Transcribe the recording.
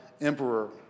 emperor